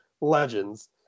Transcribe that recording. legends